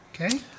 Okay